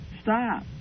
stop